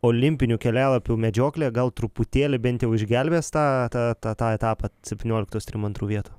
olimpinių kelialapių medžioklė gal truputėlį bent jau išgelbės tą tą tą etapą septynioliktos trim antrų vietų